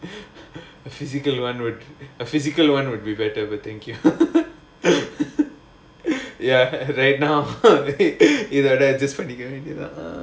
the physical [one] would a physical [one] would be better but thank you ya right now பண்ணிக்க வேண்டியதுதான்:pannikka vendiyathuthaan